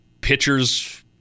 pitchers